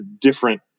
different